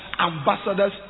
Ambassadors